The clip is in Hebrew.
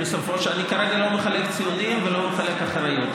אני כרגע לא מחלק ציונים ולא מחלק אחריות,